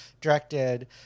directed